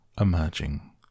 emerging